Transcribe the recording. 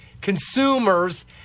consumers